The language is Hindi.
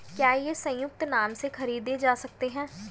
क्या ये संयुक्त नाम से खरीदे जा सकते हैं?